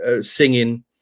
singing